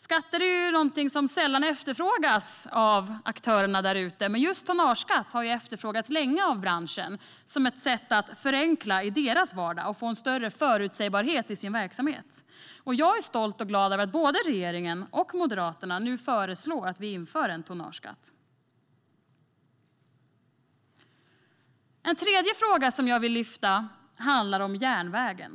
Skatter är något som sällan efterfrågas av aktörerna, men just tonnageskatt har efterfrågats länge av branschen som ett sätt att förenkla vardagen och få en större förutsägbarhet i verksamheten. Jag är stolt och glad över att både regeringen och Moderaterna föreslår att en tonnageskatt ska införas. En tredje fråga jag vill lyfta fram är järnvägen.